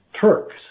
Turks